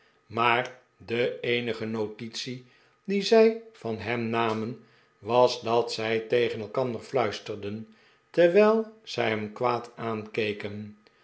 maar de eenige notitie die zij van hem namen was dat zij tegen elkander fluisterden terwijl zij hem kwaad aankeken